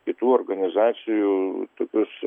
kitų organizacijų tokius